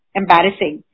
embarrassing